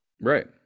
right